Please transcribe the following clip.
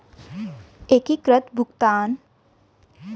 एकीकृत भुगतान इंटरफेस के लिए सर्वप्रथम ऐप डाउनलोड करना होता है